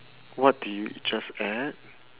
what did you just ate